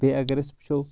بیٚیہِ اگر أس وٕچھو